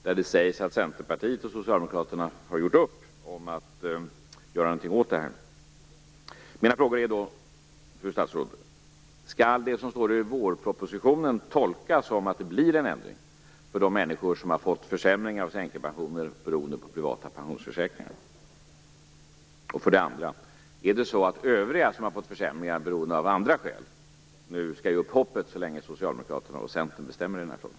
Hon säger att Centern och Socialdemokraterna har gjort upp om att göra någonting åt detta. Fru statsråd! Mina frågor är följande. För det första: Skall det som står i vårpropositionen tolkas som att det blir en ändring för de människor som har fått försämring av sina änkepensioner beroende på privata pensionsförsäkringar? För det andra: Är det så att övriga som har fått försämringar av andra skäl nu skall ge upp hoppet så länge Socialdemokraterna och Centern bestämmer i den här frågan?